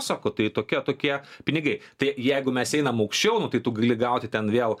sako tai tokia tokie pinigai tai jeigu mes einam aukščiau nu tai tu gali gauti ten vėl